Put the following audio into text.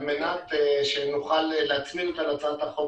על מנת שנוכל להצמיד אותה להצעת החוק